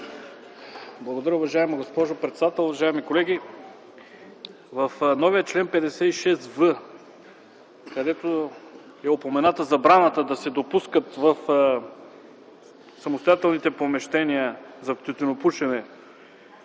Благодаря, уважаема госпожо председател. Уважаеми колеги, в новия чл. 56в е упомената забрана за допускане в самостоятелните помещения за тютюнопушене